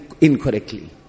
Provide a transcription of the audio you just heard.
incorrectly